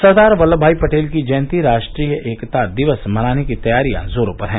सरदार वल्लभ भाई पटेल की जयंती राष्ट्रीय एकता दिवस मनाने की तैयारियां जोरों पर है